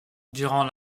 durant